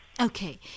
Okay